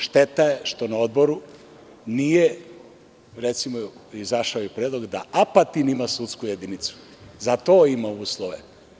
Šteta je što na Odboru nije, recimo, izašao je predlog da Apatin ima sudsku jedinicu, za to ima uslove.